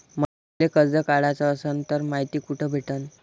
मले कर्ज काढाच असनं तर मायती कुठ भेटनं?